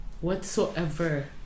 whatsoever